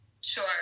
sure